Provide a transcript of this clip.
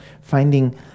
finding